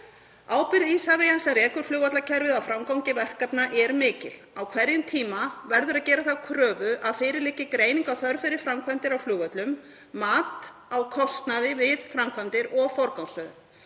Ábyrgð Isavia, sem rekur flugvallarkerfið, á framgangi verkefna er mikil. Á hverjum tíma verður að gera þá kröfu að fyrir liggi greining á þörf fyrir framkvæmdir á flugvöllum, mat á kostnaði við framkvæmdir og forgangsröðun.